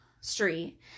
street